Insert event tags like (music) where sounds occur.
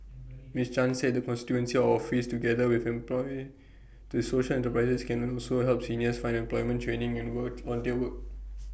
miss chan said the constituency office together with employee to social enterprises can also help seniors find employment training and work (unintelligible) work